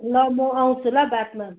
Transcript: ल म आउँछु ल बादमा